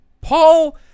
Paul